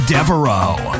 Devereaux